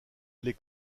les